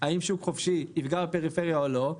האם שוק חופשי יפגע בפריפריה או לא,